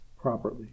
properly